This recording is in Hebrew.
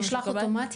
זה נשלח אוטומטית?